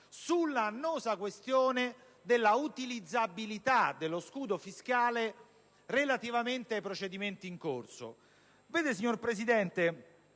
sulla annosa questione della utilizzabilità dello scudo fiscale relativamente ai procedimenti in corso? Vede, signor Presidente,